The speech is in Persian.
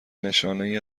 نشانهای